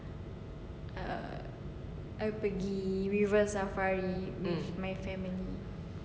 err I pergi river safari with my family